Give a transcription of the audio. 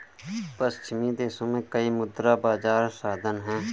पश्चिमी देशों में कई मुद्रा बाजार साधन हैं